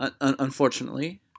Unfortunately